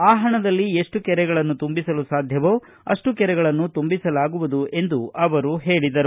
ಆ ಹಣದಲ್ಲಿ ಎಷ್ಟು ಕೆರೆಗಳನ್ನು ತುಂಬಿಸಲು ಸಾಧ್ಯವೋ ಅಷ್ಟು ಕೆರೆಗಳನ್ನು ತುಂಬಿಸಲಾಗುವುದು ಎಂದು ಅವರು ಹೇಳಿದರು